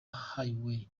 highway